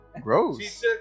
gross